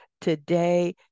Today